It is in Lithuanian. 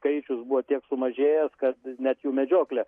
skaičius buvo tiek sumažėjęs kad net jų medžioklę